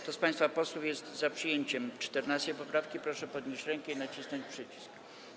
Kto z państwa posłów jest za przyjęciem 14. poprawki, proszę podnieść rękę i nacisnąć przycisk.